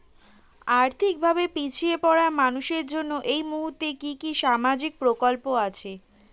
আর্থিক ভাবে পিছিয়ে পড়া মানুষের জন্য এই মুহূর্তে কি কি সামাজিক প্রকল্প আছে?